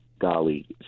golly